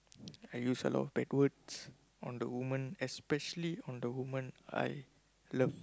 I use a lot of bad words on the woman especially on the woman I love